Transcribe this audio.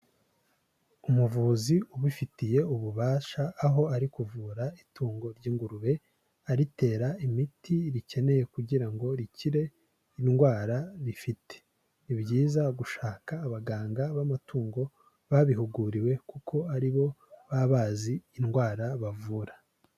Umuvuzi ubifitiye ububasha, aho ari kuvura itungo ry'ingurube, aritera imiti rikeneye kugira ngo rikire indwara rifite, ni byiza gushaka abaganga b'amatungo babihuguriwe kuko ari bo baba bazi indwara bavura.